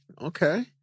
okay